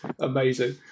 amazing